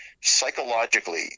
psychologically